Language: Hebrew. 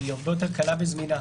שהיא הרבה יותר קלה וזמינה,